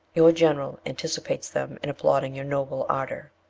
your general anticipates them in appauding your noble ardour